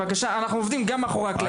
אנחנו עובדים גם מאחורי הקלעים.